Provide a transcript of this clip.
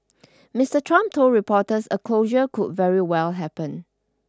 Mister Trump told reporters a closure could very well happen